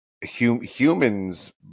humans